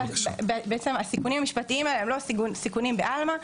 הסיכונים המשפטיים הם לא סיכונים בעלמא.